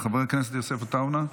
חבר הכנסת יוסף עטאונה,